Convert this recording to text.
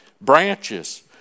Branches